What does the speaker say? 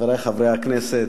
חברי חברי הכנסת,